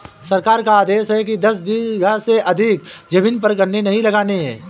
सरकार का आदेश है कि दस बीघा से अधिक जमीन पर गन्ने नही लगाने हैं